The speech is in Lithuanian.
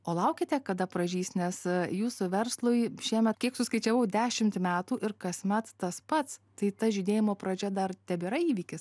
o laukiate kada pražys nes jūsų verslui šiemet kiek suskaičiavau dešimtį metų ir kasmet tas pats tai ta žydėjimo pradžia dar tebėra įvykis